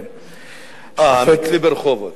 אה, המקרה הוא ברחובות.